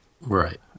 Right